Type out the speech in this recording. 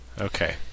Okay